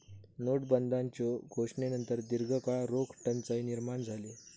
नोटाबंदीच्यो घोषणेनंतर दीर्घकाळ रोख टंचाई निर्माण झाली